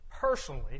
Personally